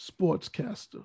sportscaster